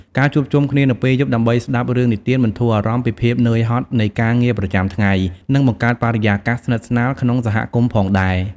ការជួបជុំគ្នានៅពេលយប់ ដើម្បីស្ដាប់រឿងនិទានបន្ធូរអារម្មណ៍ពីភាពនឿយហត់នៃការងារប្រចាំថ្ងៃ និងបង្កើតបរិយាកាសស្និទ្ធស្នាលក្នុងសហគមន៍ផងដែរ ។